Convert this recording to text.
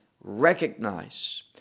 recognize